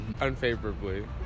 Unfavorably